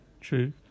true